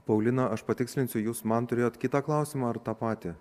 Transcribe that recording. paulina aš patikslinsiu jūs man turėjot kitą klausimą ar tą patį